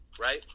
right